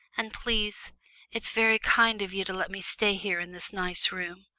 and please it's very kind of you to let me stay here in this nice room.